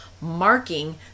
marking